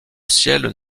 ciel